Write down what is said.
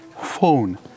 phone